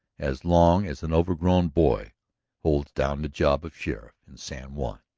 as long as an overgrown boy holds down the job of sheriff in san juan.